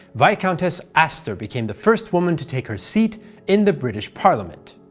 viscountess astor became the first woman to take her seat in the british parliament.